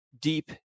deep